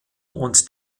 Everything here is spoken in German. und